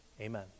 Amen